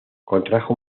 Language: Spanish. contrajo